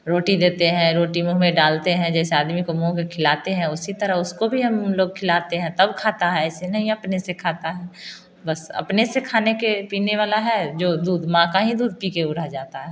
रोटी देते हैं रोटी मुँह में डालते हैं जैसे आदमी को मुँह में खिलाते हैं उसी तरह उसको भी हम लोग खिलाते हैं तब खाता है ऐसे नहीं अपने से खाता है बस अपने से खाने के पीने वाला है जो दूध माँ का ही दूध पी के वो रह जाता है